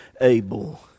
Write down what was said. Abel